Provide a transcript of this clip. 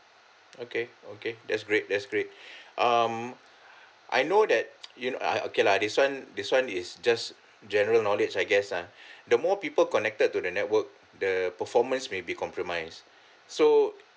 okay okay that's great that's great um I know that you know uh okay lah this one this one is just general knowledge I guess ah the more people connected to the network the performance maybe compromise so